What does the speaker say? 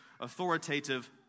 authoritative